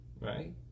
Right